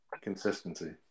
consistency